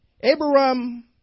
Abraham